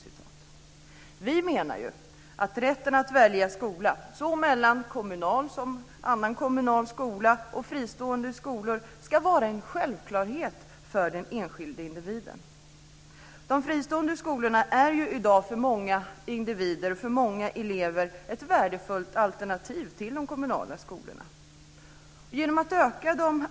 Vi menar att rätten att välja skola, såväl mellan kommunala som fristående skolor, ska vara en självklarhet för den enskilde individen. De fristående skolorna är ju i dag ett värdefullt alternativ till de kommunala skolorna för många individer och för många elever.